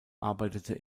arbeitete